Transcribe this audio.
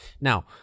Now